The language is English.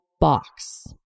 box